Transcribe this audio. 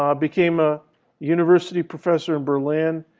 um became a university professor in berlin.